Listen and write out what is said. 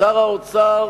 שר האוצר